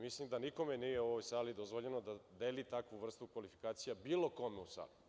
Mislim da nikome nije u ovoj sali dozvoljeno da deli takvu vrstu kvalifikacija bilo kome u sali.